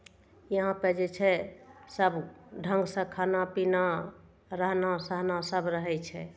यहाँपे जे छै सभ ढङ्गसँ खाना पीना रहना सहना सभ रहै छै